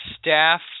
staff